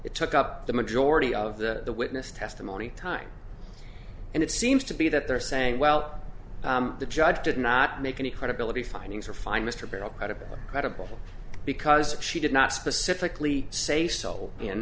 it took up the majority of the witness testimony time and it seems to be that they're saying well the judge did not make any credibility findings or find mr berrill credible or credible because she did not specifically say soul in